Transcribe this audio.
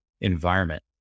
environment